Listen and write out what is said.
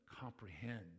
comprehend